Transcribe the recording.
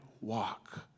walk